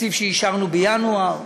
תקציב שאישרנו בינואר,